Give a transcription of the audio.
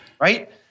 right